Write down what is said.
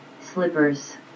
Slippers